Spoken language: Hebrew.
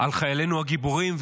על חיילינו הגיבורים,